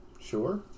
Sure